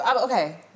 Okay